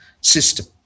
system